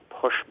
push